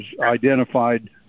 identified